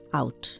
out